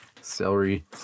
celery